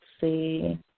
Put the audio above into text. see